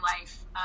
life